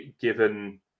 given